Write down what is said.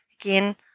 again